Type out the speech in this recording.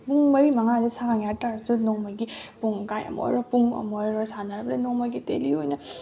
ꯄꯨꯡ ꯃꯔꯤ ꯃꯉꯥꯁꯦ ꯁꯥꯡꯉꯦ ꯍꯥꯏ ꯇꯥꯔꯁꯨ ꯅꯣꯡꯃꯒꯤ ꯄꯨꯡꯈꯥꯏ ꯑꯃ ꯑꯣꯏꯔꯣ ꯄꯨꯡ ꯑꯃ ꯑꯣꯏꯔꯣ ꯁꯥꯟꯅꯔꯕꯅꯤꯅ ꯅꯣꯡꯃꯒꯤ ꯗꯦꯜꯂꯤ ꯑꯣꯏꯅ